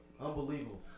Unbelievable